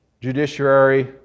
judiciary